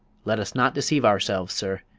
let us not deceive ourselves, sir.